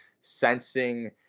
sensing